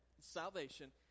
salvation